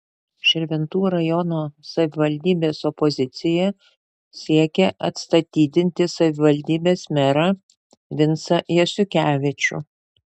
širvintų rajono savivaldybės opozicija siekia atstatydinti savivaldybės merą vincą jasiukevičių